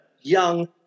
young